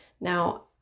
Now